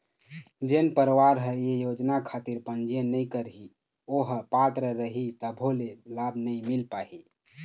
जेन परवार ह ये योजना खातिर पंजीयन नइ करही ओ ह पात्र रइही तभो ले लाभ नइ मिल पाही